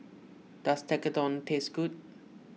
does Tekkadon taste good